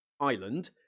Island